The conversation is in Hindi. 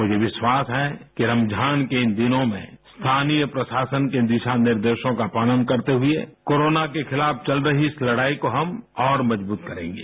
मुझे विश्वास है कि रमजान के इन दिनों में स्थानीय प्रशासन के दिशा निर्देशों का पालन करते हुए कोरोना के खिलाफ चल रही इस लड़ाई को हम और मजबूत करेंगे